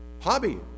hobby